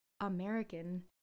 american